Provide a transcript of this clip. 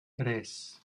tres